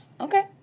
Okay